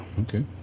Okay